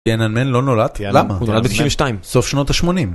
ינן מן לא נולד, למה? הוא נולד ב-92, סוף שנות ה-80.